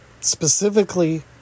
Specifically